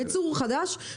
בייצור חדש,